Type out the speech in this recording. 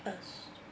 us